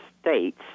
states